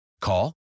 Call